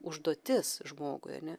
užduotis žmogui ane